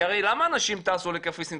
הרי למה אנשים טסו לקפריסין?